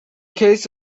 case